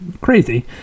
crazy